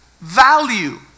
value